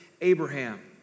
Abraham